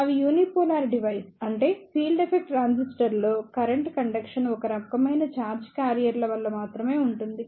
అవి unipolar device అంటే field effect ట్రాన్సిస్టర్లో కరెంట్ కండక్షన్ ఒక రకమైన ఛార్జ్ క్యారియర్ల వల్ల మాత్రమే ఉంటుంది